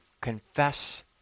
confess